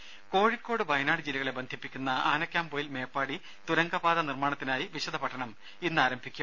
രുമ കോഴിക്കോട് വയനാട് ജില്ലകളെ ബന്ധിപ്പിക്കുന്ന ആനക്കാംപൊയിൽ മേപ്പാടി തുരങ്കപാത നിർമ്മാണത്തിനായി വിശദപഠനം ഇന്ന് ആരംഭിക്കും